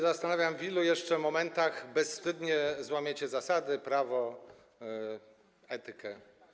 Zastanawiam się, w ilu jeszcze momentach bezwstydnie złamiecie zasady, prawo, etykę.